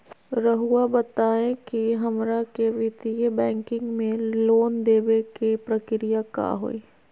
रहुआ बताएं कि हमरा के वित्तीय बैंकिंग में लोन दे बे के प्रक्रिया का होई?